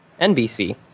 NBC